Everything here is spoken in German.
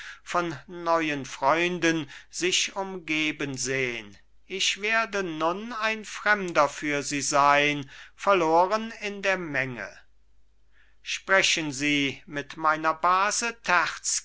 von neuen freunden sich umgeben sehn ich werde nun ein fremder für sie sein verloren in der menge sprechen sie mit meiner base